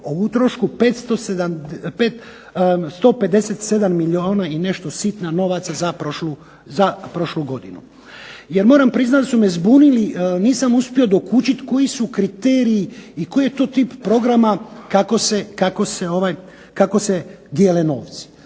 o utrošku 157 milijuna i nešto sitno novaca za prošlu godinu. Jer moram priznat da su me zbunili, nisam uspio dokučit koji su kriteriji i koji je to tip programa kako se dijele novci.